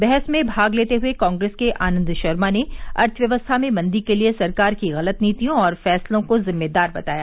बहस में भाग लेते हुए कांप्रेस के आनंद शर्मा ने अर्थव्यवस्था में मंदी के लिए सरकार की गलत नीतियों और फैसलों को जिम्मेदार बताया